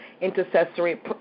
intercessory